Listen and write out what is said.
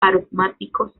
aromáticos